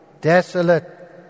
desolate